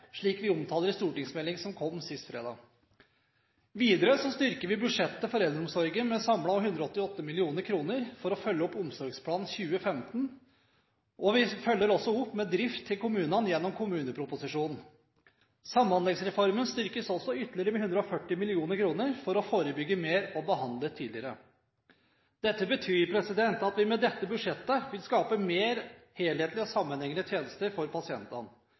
slik vi omtaler i stortingsmeldingen som kom sist fredag. Videre styrker vi budsjettet for eldreomsorgen med samlet 188 mill. kr for å følge opp Omsorgsplan 2015, og vi følger også opp med drift til kommunene gjennom kommuneproposisjonen. Samhandlingsreformen styrkes også ytterligere med 140 mill. kr for å forebygge mer og behandle tidligere. Dette betyr at vi med dette budsjettet, vil skape mer helhetlige og sammenhengende tjenester for pasientene.